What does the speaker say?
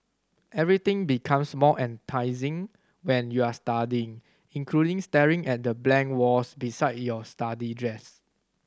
everything becomes more enticing when you're studying including staring at the blank walls beside your study desk